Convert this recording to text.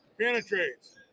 penetrates